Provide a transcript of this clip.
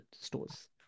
stores